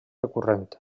recurrent